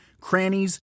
crannies